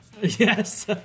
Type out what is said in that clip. Yes